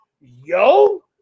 yo